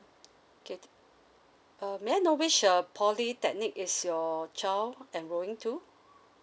okay uh may I know which uh polytechnic is your child enrolling to